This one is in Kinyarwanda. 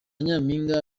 nyampinga